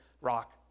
rock